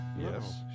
yes